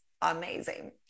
amazing